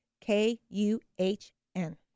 K-U-H-N